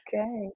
Okay